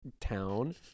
town